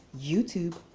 YouTube